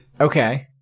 Okay